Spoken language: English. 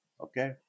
Okay